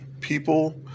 people